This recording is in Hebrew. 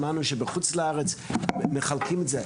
שמענו שבחוץ לארץ מחלקים את זה,